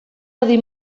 erdi